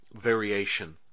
variation